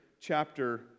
chapter